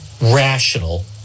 rational